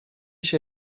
się